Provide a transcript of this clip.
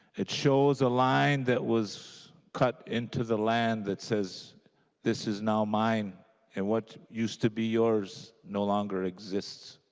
it shows a line that was cut into the land that says this is now mine and what used to be yours no longer exists.